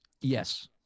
Yes